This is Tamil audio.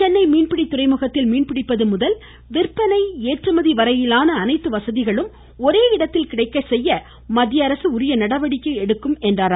சென்னை மீன்பிடி துறைமுகத்தில் மீன்பிடிப்பது முதல் விந்பனை மற்றும் ஏற்றுமதி வரையிலான அனைத்து வசதிகளும் ஒரே இடத்தில் கிடைக்கச் செய்ய மத்தியஅரசு நடவடிக்கை எடுக்கும் என்றார்